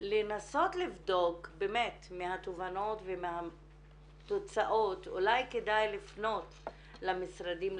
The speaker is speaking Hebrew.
לנסות לבדוק באמת מהתובנות ומהתוצאות אולי כדאי לפנות למשרדים,